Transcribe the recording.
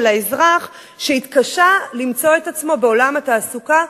האזרח שהתקשה למצוא את עצמו בעולם התעסוקה,